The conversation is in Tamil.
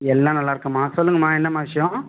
எல்லாம் நல்லாருக்கோம்மா சொல்லுங்கம்மா என்னம்மா விஷயம்